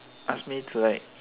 ask me to like